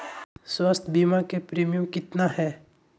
स्वास्थ बीमा के प्रिमियम कितना है?